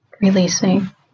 releasing